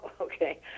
Okay